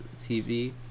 tv